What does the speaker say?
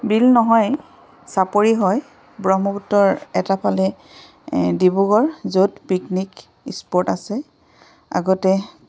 বিল নহয় চাপৰি হয় ব্ৰহ্মপুত্ৰৰ এটাফালে ডিব্ৰুগড় য'ত পিকনিক স্পট আছে আগতে